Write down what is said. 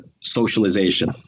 socialization